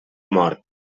mort